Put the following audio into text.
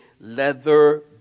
leather